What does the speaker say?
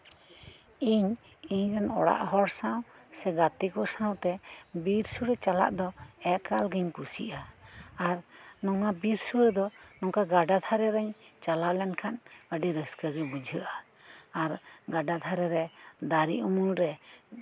ᱤᱧ ᱨᱮᱱ ᱚᱲᱟᱜ ᱦᱚᱲ ᱥᱟᱶ ᱥᱮ ᱜᱟᱛᱮ ᱠᱚ ᱥᱟᱶᱛᱮ ᱵᱤᱨ ᱥᱳᱲᱮ ᱪᱟᱞᱟᱜ ᱫᱚ ᱮᱠᱟᱞ ᱜᱤᱧ ᱠᱩᱥᱤᱭᱟᱜᱼᱟ ᱟᱨ ᱱᱚᱣᱟ ᱵᱤᱨ ᱥᱳᱲᱮ ᱫᱚ ᱜᱟᱰᱟ ᱫᱷᱟᱨᱮ ᱨᱤᱧ ᱪᱟᱞᱟᱣ ᱞᱮᱱᱠᱷᱟᱱ ᱟᱹᱰᱤ ᱨᱟᱹᱥᱠᱟᱹ ᱜᱮ ᱵᱩᱡᱷᱟᱹᱜᱼᱟ ᱟᱨ ᱜᱟᱰᱟ ᱫᱷᱟᱨᱮ ᱨᱮ ᱫᱟᱨᱮ ᱩᱢᱩᱞ ᱨᱮ